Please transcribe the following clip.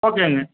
ஓகேங்க